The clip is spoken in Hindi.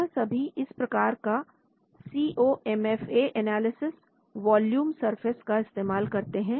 यह सभी इस प्रकार का C O M F A analysis volume surface का इस्तेमाल करते हैं